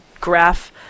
graph